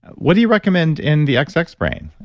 what do you recommend in the xx xx brain?